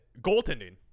Goaltending